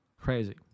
crazy